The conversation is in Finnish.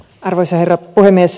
arvoisa herra puhemies